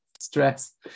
stress